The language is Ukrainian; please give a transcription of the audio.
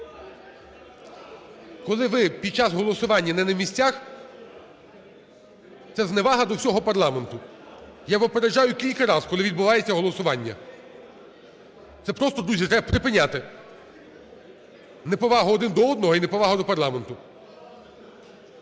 Коли ви під час голосування не на місцях – це зневага до всього парламенту. Я попереджаю кілька раз, коли відбувається голосування. Це просто, друзі, треба припиняти неповагу один до одного і неповагу до парламенту.